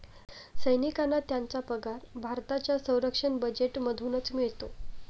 सैनिकांना त्यांचा पगार भारताच्या संरक्षण बजेटमधूनच मिळतो